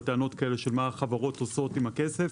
טענות כאלה של מה החברות עושות עם הכסף.